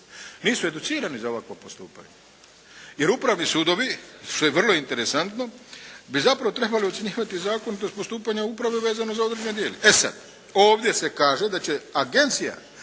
nisu educirani za ovakvo postupanje. Jer upravni sudovi što je vrlo interesantno, bi zapravo trebali ocjenjivati zakon do postupanja uprave vezano za određene … /Ne razumije se./ … E sada ovdje se kaže da će agencija